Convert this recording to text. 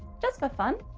just for fun.